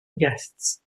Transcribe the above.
guests